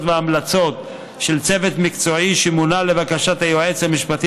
וההמלצות של צוות מקצועי שמונה לבקשת היועץ המשפטי